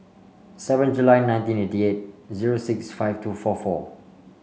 seven July nineteen eighty eight zero six five two four four